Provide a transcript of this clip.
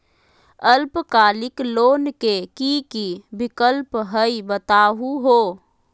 अल्पकालिक लोन के कि कि विक्लप हई बताहु हो?